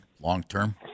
long-term